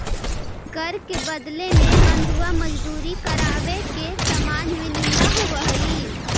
कर के बदले में बंधुआ मजदूरी करावे के समाज में निंदा होवऽ हई